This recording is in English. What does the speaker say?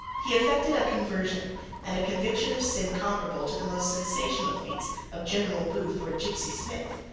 he effected a conversion and a conviction of sin comparable to the most sensational feats of general booth or gypsy smith.